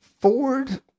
Ford